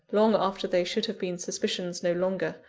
long after they should have been suspicions no longer.